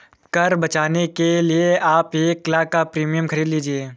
कर बचाने के लिए आप एक लाख़ का प्रीमियम खरीद लीजिए